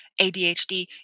ADHD